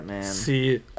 See